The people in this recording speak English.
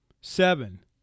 Seven